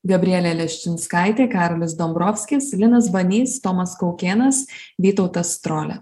gabrielė leščinskaitė karolis dombrovskis linas banys tomas kaukėnas vytautas strolia